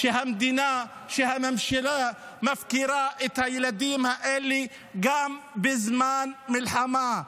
הממשלה מפקירה את הילדים האלה גם בזמן מלחמה.